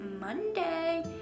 monday